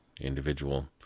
individual